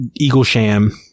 Eaglesham